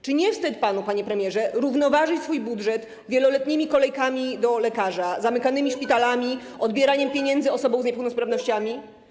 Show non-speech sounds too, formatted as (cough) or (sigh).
Czy nie wstyd panu, panie premierze, równoważyć swój budżet wieloletnimi kolejkami do lekarza, zamykanymi szpitalami, (noise) odbieraniem pieniędzy osobom z niepełnosprawnościami?